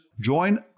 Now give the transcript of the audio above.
join